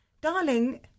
Darling